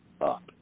up